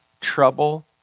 trouble